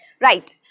right